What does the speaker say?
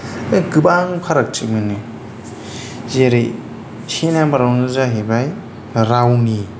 गोबां फारागथि मोनो जेरै से नाम्बार आवनो जाहैबाय रावनि